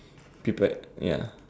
people ya